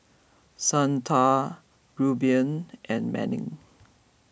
Santa Reuben and Manning